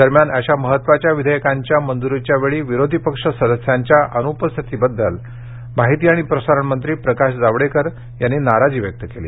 दरम्यान अशा महत्त्वाच्या विधेयकांच्या मंजूरीच्या वेळी विरोधी पक्ष सदस्यांच्या अनुपस्थितीबद्दल माहिती आणि प्रसारण मंत्री प्रकाश जावडेकर यांनी नाराजी व्यक्त केली